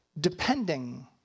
depending